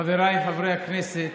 חבריי חברי הכנסת,